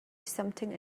something